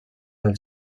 del